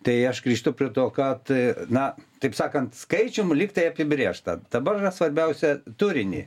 tai aš grįžtu prie to kad na taip sakant skaičium lygtai apibrėžta dabar yra svarbiausia turinį